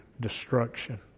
destruction